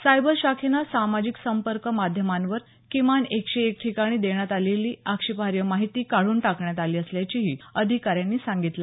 cyber शाखेनं सामाजिक संपर्क माध्यमांवर किमान एकशे एक ठिकाणी देण्यात आलेली आक्षेपार्ह माहिती काढून टाकण्यात आली असल्याचंही अधिकाऱ्यांनी सांगितलं